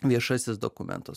viešasis dokumentas